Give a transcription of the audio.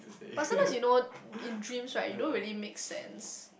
but sometimes you know in dreams right you don't really make sense